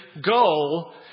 goal